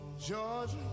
Georgia